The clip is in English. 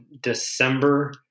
December